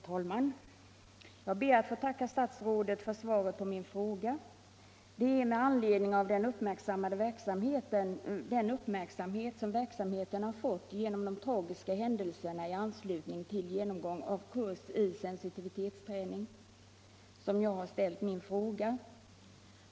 Herr talman! Jag ber att få tacka statsrådet för svaret på min fråga. Det är med anledning av den uppmärksamhet verksamheten har fått genom de tragiska händelserna i anslutning till genomgång av kurs med sensitivitetsträning som jag har ställt min fråga.